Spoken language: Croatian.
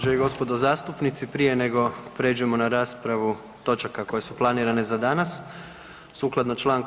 i gospodo zastupnici, prije nego pređemo na raspravu točaka koje su planirane za danas, sukladno čl.